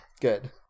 Good